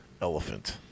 elephant